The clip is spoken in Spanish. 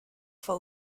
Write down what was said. fue